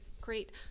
great